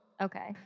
Okay